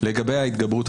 לפני ההתגברות,